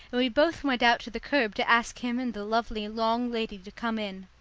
and we both went out to the kerb to ask him and the lovely long lady to come in.